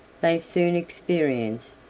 they soon experienced,